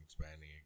expanding